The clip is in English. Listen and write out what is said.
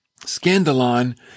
Scandalon